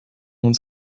uns